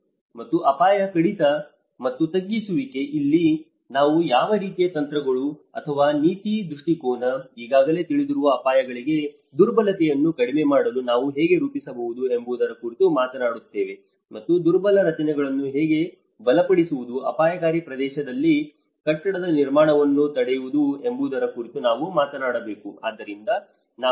ಮತ್ತು ಅಪಾಯ ಕಡಿತ ಮತ್ತು ತಗ್ಗಿಸುವಿಕೆ ಇಲ್ಲಿ ನಾವು ಯಾವ ರೀತಿಯ ತಂತ್ರಗಳು ಅಥವಾ ನೀತಿ ದೃಷ್ಟಿಕೋನ ಈಗಾಗಲೇ ತಿಳಿದಿರುವ ಅಪಾಯಗಳಿಗೆ ದುರ್ಬಲತೆಯನ್ನು ಕಡಿಮೆ ಮಾಡಲು ನಾವು ಹೇಗೆ ರೂಪಿಸಬಹುದು ಎಂಬುದರ ಕುರಿತು ಮಾತನಾಡುತ್ತೇವೆ ಮತ್ತು ದುರ್ಬಲ ರಚನೆಗಳನ್ನು ಹೇಗೆ ಬಲಪಡಿಸುವುದು ಅಪಾಯಕಾರಿ ಪ್ರದೇಶದಲ್ಲಿ ಕಟ್ಟಡದ ನಿರ್ಮಾಣವನ್ನು ತಡೆಯುವುದು ಎಂಬುದರ ಕುರಿತು ನಾವು ಮಾತನಾಡಬೇಕು